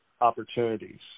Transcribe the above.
opportunities